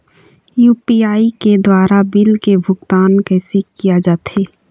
UPI के द्वारा bill के भुगतान कैसे किया जाथे?